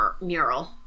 mural